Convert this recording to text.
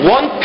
One